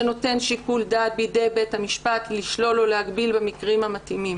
שנותן שיקול דעת בידי בית המשפט לשלול או להגביל במקרים המתאימים.